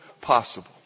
possible